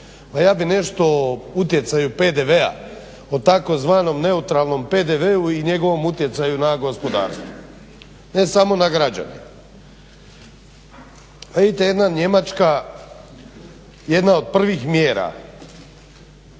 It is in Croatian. Ja bih nešto o utjecaju PDV-a o tzv. PDV-u i njegovom utjecaju na gospodarstvo, ne samo na građane. Pa vidite evo jedna Njemačka, jedna od prvim mjera